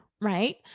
right